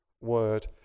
word